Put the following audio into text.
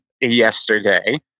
yesterday